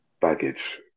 baggage